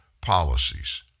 policies